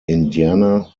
indiana